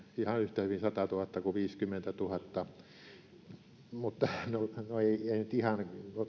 ihan yhtä hyvin sadantuhannen kuin viisikymmentätuhatta no ei nyt ihan